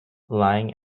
lying